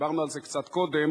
דיברנו על זה קצת קודם,